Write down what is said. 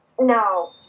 No